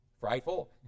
frightful